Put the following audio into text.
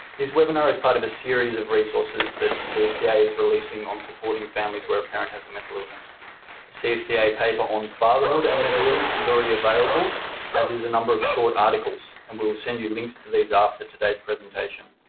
webinar is part of a series of resources that cfca is releasing on supporting families where a parent has a mental illness. a cfca paper on fatherhood and mental illness is already available as is a number of short articles, and we will send you links to these after today's presentation.